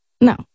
No